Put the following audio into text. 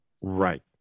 Right